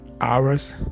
hours